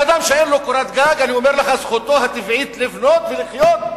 אדם שאין לו קורת גג, זכותו הטבעית לבנות ולחיות,